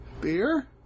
beer